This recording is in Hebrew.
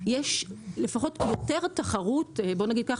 יש לפחות יותר תחרות בואו נגיד כך